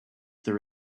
there